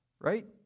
Right